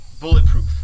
bulletproof